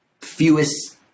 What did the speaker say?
fewest